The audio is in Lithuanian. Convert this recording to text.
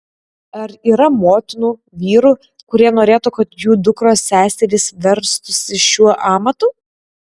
ar yra motinų vyrų kurie norėtų kad jų dukros seserys verstųsi šiuo amatu